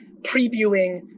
previewing